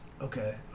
Okay